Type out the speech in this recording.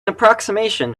approximation